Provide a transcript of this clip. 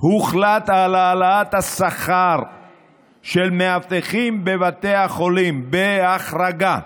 הוחלט על העלאת השכר של מאבטחים בבתי החולים בהחרגה.